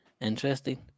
Interesting